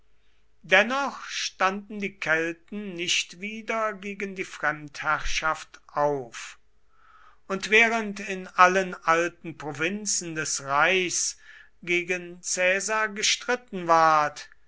dennoch standen die kelten nicht wieder gegen die fremdherrschaft auf und während in allen alten provinzen des reichs gegen caesar gestritten ward